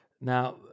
Now